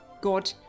God